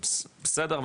בסדר,